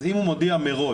אז אם הוא מודיע מראש: